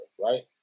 right